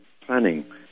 planning